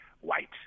white